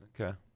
Okay